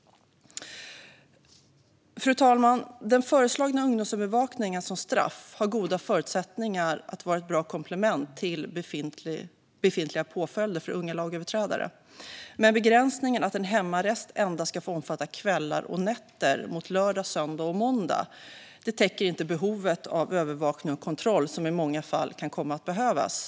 Fru talman! Den föreslagna ungdomsövervakningen som straff har goda förutsättningar att vara ett bra komplement till befintliga påföljder för unga lagöverträdare. Men begränsningen att en hemarrest endast ska få omfatta kvällar och nätter mot lördag, söndag och måndag täcker inte behovet av övervakning och kontroll som i många fall kan komma att behövas.